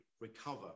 recover